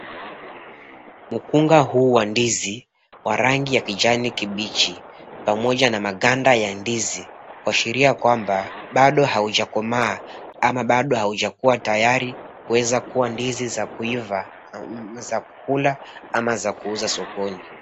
Mkunga huu wa ndizi wa rangi ya kijani kibichi pamoja na maganda ya ndizi kuashiria kwamba bado haujakomaa ama bado haujakua tayari kuweza kuwa ndizi za kuiva, za kukula ama za kuuza sokoni.